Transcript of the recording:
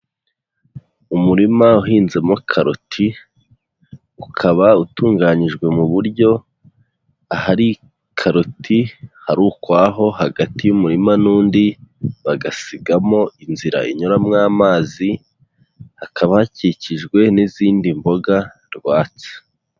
Umurima uhinzemo karoti, ukaba utunganyijwe mu buryo ahari karoti hari ukwaho, hagati y'umurima n'undi bagasigamo inzira inyuramo amazi, hakaba hakikijwe n'izindi mboga rwatsi.